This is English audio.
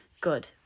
Good